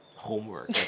homework